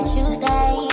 Tuesday